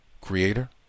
Creator